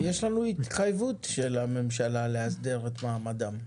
יש לנו התחייבות של הממשלה לאסדר את מעמדם.